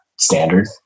standard